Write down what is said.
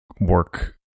work